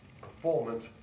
performance